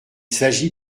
s’agit